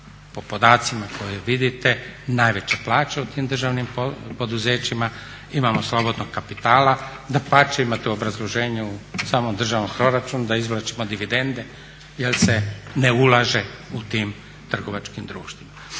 po podacima koje vidite najveće plaće u tim državnim poduzećima, imamo slobodnog kapitala, dapače imate u obrazloženju samog državnog proračuna da izvlačimo dividende jer se ne ulaže u tim trgovačkim društvima.